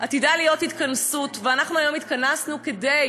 עתידה להיות התכנסות, ואנחנו היום התכנסנו כדי